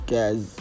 Guys